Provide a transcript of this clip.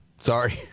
Sorry